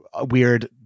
weird